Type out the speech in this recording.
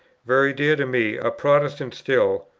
very dear to me, a protestant still,